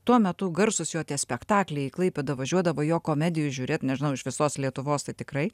tuo metu garsūs jo tie spektakliai į klaipėdą važiuodavo jo komedijų žiūrėt nežinau iš visos lietuvos tai tikrai